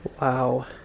Wow